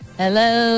hello